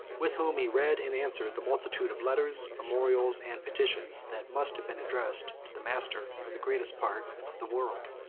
with whom he read and answered the multitude of letters, memorials, and petitions, that must have been addressed to the master of the greatest part of the world.